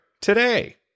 today